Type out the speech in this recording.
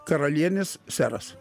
karalienės seras